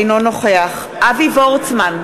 אינו נוכח אבי וורצמן,